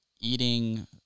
eating